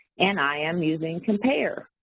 and i am using compare.